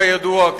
כידוע,